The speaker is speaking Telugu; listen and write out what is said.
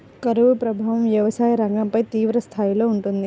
కరువు ప్రభావం వ్యవసాయ రంగంపై తీవ్రస్థాయిలో ఉంటుంది